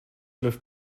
läuft